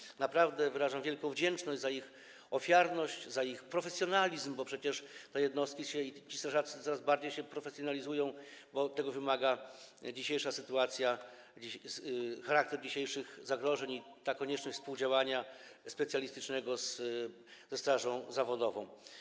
Wyrażam naprawdę wielką wdzięczność za ich ofiarność, za ich profesjonalizm, bo przecież jednostki i strażacy coraz bardziej się profesjonalizują, bo tego wymagają dzisiejsza sytuacja, charakter dzisiejszych zagrożeń i konieczność współdziałania specjalistycznego ze strażą zawodową.